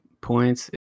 points